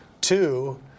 Two